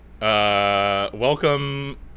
Welcome